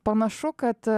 panašu kad